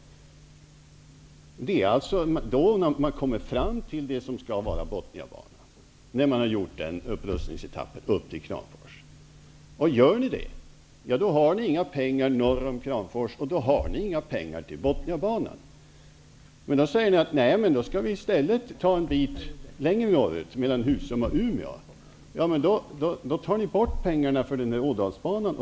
Men det är ju när man gjort upprustningen upp till Kramfors som man har kommit fram till det som skall vara Bothniabanan. Gör ni den upprustningen, har ni inga pengar för fortsättningen norr om Kramfors och därmed inga pengar till Bothniabanan. Då säger ni att ni då i stället skall ta en bit längre norrut, mellan Husum och Umeå. Men därmed tar ni bort pengar från Ådalsbanan.